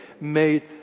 made